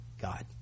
God